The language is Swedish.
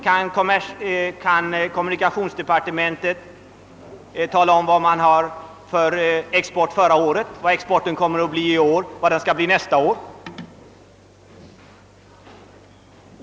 Kan kommunikationsdepartementet tala om vad exporten uppgick till förra året, vad den kommer att uppgå till i år och nästa år?